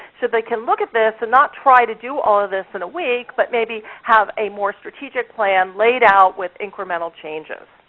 so they can look at this, and not try to do all of this in a week, but maybe have a more strategic plan laid out with incremental changes.